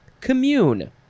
commune